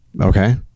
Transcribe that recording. okay